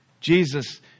Jesus